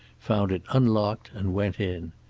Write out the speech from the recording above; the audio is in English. found it unlocked, and went in.